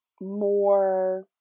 more